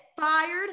fired